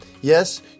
Yes